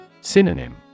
Synonym